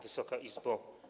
Wysoka Izbo!